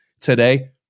today